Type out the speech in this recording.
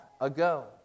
ago